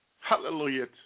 Hallelujah